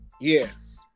Yes